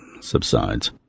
subsides